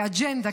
כאג'נדה,